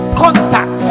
contact